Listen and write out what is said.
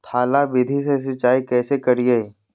थाला विधि से सिंचाई कैसे करीये?